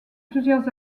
plusieurs